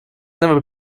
never